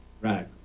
Right